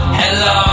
hello